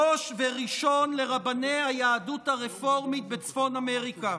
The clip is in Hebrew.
ראש וראשון לרבני היהדות הרפורמית בצפון אמריקה,